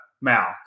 Mal